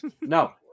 No